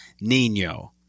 nino